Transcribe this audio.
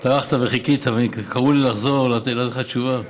טרחת וחיכית, וקראו לי לחזור לתת לך תשובה.